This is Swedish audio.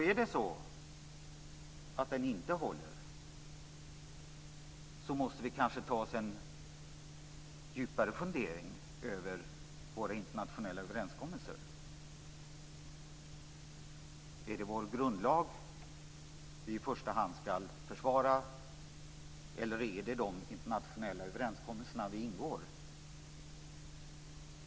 Är det så att den inte håller, måste vi kanske ta oss en djupare fundering över våra internationella överenskommelser. Är det vår grundlag som vi i första hand ska försvara eller är det de internationella överenskommelser som vi ingår?